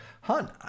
Hun